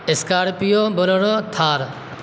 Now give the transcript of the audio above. scorpio bolero Thar